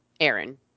Aaron